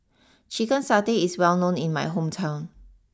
Chicken Satay is well known in my hometown